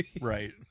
Right